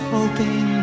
Hoping